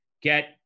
get